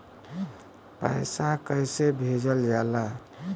पैसा कैसे भेजल जाला?